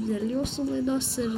dėl jūsų laidos ir